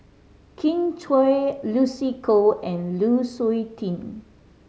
Kin Chui Lucy Koh and Lu Suitin